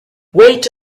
wait